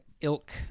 ilk